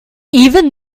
even